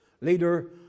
leader